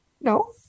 No